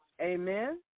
Amen